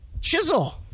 Chisel